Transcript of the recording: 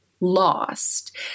Lost